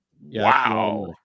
Wow